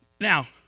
Now